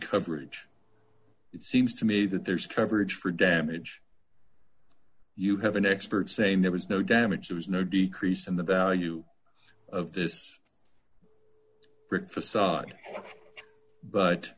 coverage it seems to me that there's coverage for damage you have an expert same there was no damage there was no decrease in the value of this facade but